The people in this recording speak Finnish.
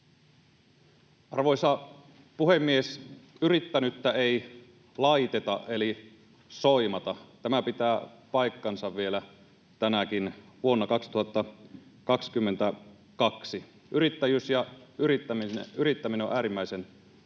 Arvoisa puhemies! Yrittänyttä ei laiteta eli soimata. Tämä pitää paikkansa vielä tänäkin vuonna, 2022. Yrittäjyys ja yrittäminen ovat äärimmäisen tärkeitä